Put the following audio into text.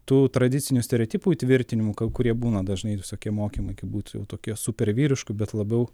tų tradicinių stereotipų įtvirtinimų kurie būna dažnai visokie mokymai kaip būtų jau tokie super vyrišku bet labiau